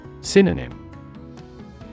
Synonym